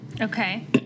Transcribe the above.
Okay